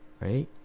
right